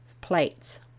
plates